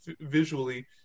visually